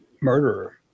murderer